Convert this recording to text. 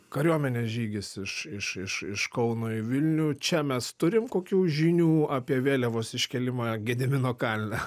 kariuomenės žygis iš iš iš iš kauno į vilnių čia mes turim kokių žinių apie vėliavos iškėlimą gedimino kalne